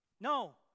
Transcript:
No